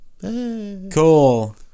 Cool